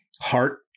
heart